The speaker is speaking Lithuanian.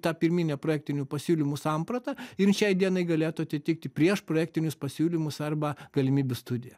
tą pirminę projektinių pasiūlymų sampratą jin šiai dienai galėtų atitikti priešprojektinius pasiūlymus arba galimybių studiją